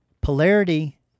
polarity